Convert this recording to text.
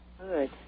Good